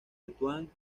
tetuán